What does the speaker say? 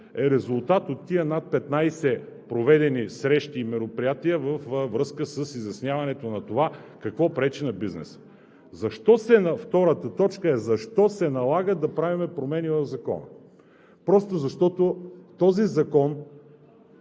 е резултат от тези над 15 проведени срещи и мероприятия във връзка с изясняването на това какво пречи на бизнеса. Второ, защо се налага да правим промени в Закона? Защото този закон